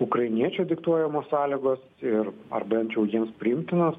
ukrainiečių diktuojamos sąlygos ir ar bent jau jiems priimtinos